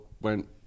went